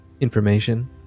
information